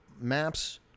maps